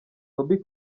bobbi